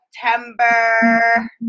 September